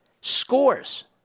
scores